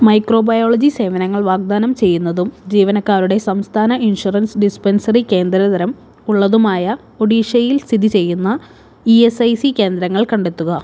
microbiology സേവനങ്ങൾ വാഗ്ദാനം ചെയ്യുന്നതും ജീവനക്കാരുടെ സംസ്ഥാന ഇൻഷുറൻസ് ഡിസ്പെൻസറി കേന്ദ്ര തരം ഉള്ളതുമായ ഒഡീഷയിൽ സ്ഥിതി ചെയ്യുന്ന ഇ എസ് ഐ സി കേന്ദ്രങ്ങൾ കണ്ടെത്തുക